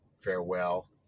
farewell